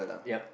ya